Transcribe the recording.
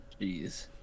Jeez